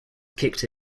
kicked